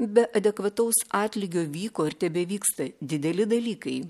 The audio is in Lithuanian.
be adekvataus atlygio vyko ir tebevyksta dideli dalykai